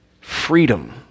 freedom